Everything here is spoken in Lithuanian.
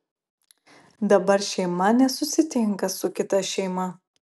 dabar šeima nesusitinka su kita šeima